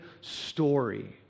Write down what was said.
story